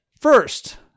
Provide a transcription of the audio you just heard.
first